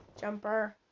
jumper